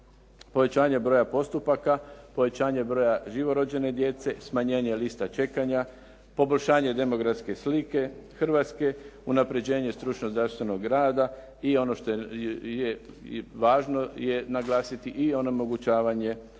Povećanje broja postupaka, povećanje broja živorođene djece, smanjenje liste čekanja, poboljšanje demografske slike Hrvatske, unapređenje stručno zdravstvenog rada i ono što je važno naglasiti i onemogućavanje